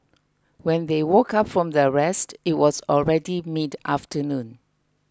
when they woke up from their rest it was already mid afternoon